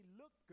look